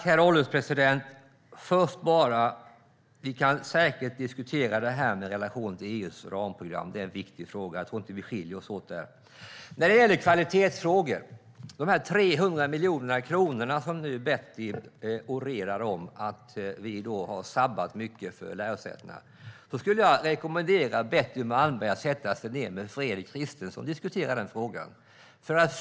Herr ålderspresident! Först vill jag bara säga att vi kan säkert diskutera det här med relationer till EU:s ramprogram. Det är en viktig fråga. Jag tror inte att vi skiljer oss åt där. När det gäller kvalitetsfrågor och de 300 miljoner kronor som Betty Malmberg nu orerar om har sabbat mycket för lärosätena skulle jag vilja rekommendera henne att sätta sig ned med Fredrik Christensson och diskutera den frågan.